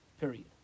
Period